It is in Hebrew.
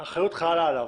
האחריות חלה עליו